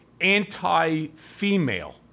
anti-female